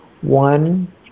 one